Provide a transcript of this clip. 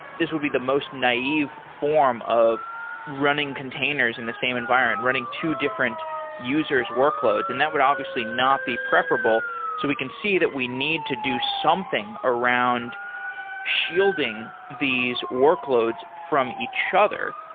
this would be the most naive form of running containers in the same environment. running two different user workloads, and that would obviously not be preferable. so we can see that we need to do something around shielding these workloads from each other.